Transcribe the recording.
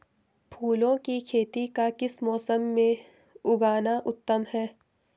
फूलों की खेती का किस मौसम में उगना उत्तम है?